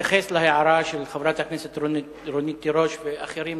בהתייחס להערה של חברת הכנסת רונית תירוש ואחרים